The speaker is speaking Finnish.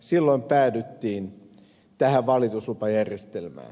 silloin päädyttiin tähän valituslupajärjestelmään